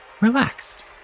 relaxed